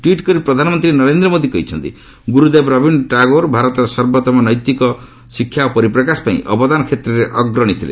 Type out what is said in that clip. tweet କରି ପ୍ରଧାନମନ୍ତ୍ରୀ ନରେନ୍ଦ୍ର ମୋଦି କହିଛନ୍ତି ଗୁରୁଦେବ ରବୀନ୍ଦ୍ର ଟାଗୋର ଭାରତର ସର୍ବୋଉମ ନୈତିକତା ଶିକ୍ଷା ଓ ପରିପ୍ରକାଶ ପାଇଁ ଅବଦାନ କ୍ଷେତ୍ରରେ ଅଗ୍ରଣୀ ଥିଲେ